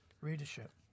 readership